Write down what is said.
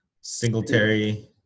Singletary